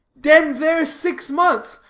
denned there six months,